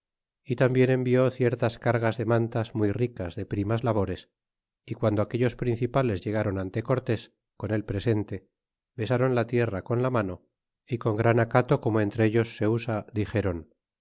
y tambien envió ciertas cargas de mantas muy ricas de primas labores é guando aquellos principales ilegron ante cortes con el presente besaron la tierra con la mano y con gran acato como entre ellos se usa dixéron